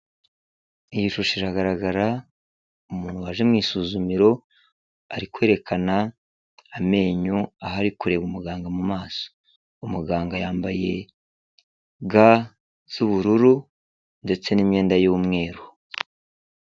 Iyi shusho iragaragara, umuntu waje mu isuzumiro ari kwerekana amenyo aho ari kureba umuganga mu maso, umuganga yambaye ga z'ubururu ndetse n'imyenda y'umweru.